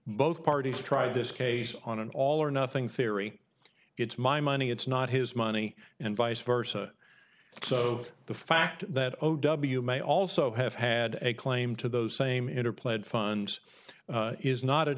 both parties try this case on an all or nothing theory it's my money it's not his money and vice versa so the fact that o w may also have had a claim to those same into pled funds is not a